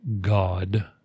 God